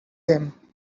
him